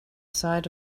side